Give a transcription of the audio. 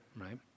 right